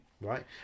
right